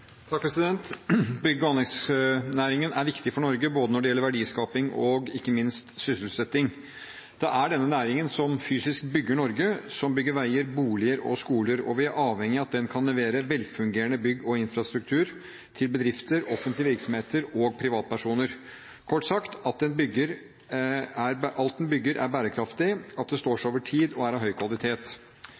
denne næringen som fysisk bygger Norge – som bygger veier, boliger og skoler. Vi er avhengige av at den kan levere velfungerende bygg og infrastruktur til bedrifter, offentlige virksomheter og privatpersoner, kort sagt at alt den bygger, er bærekraftig, står seg over tid og er av høy kvalitet.